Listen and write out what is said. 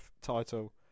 title